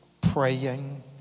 praying